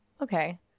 okay